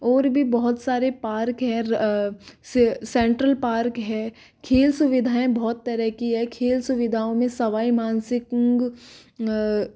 और भी बहुत सारे पार्क है सा सेंट्रल पार्क है खेल सुविधायें बहुत तरह की है खेल सुविधाओं में सवाई मान सिंह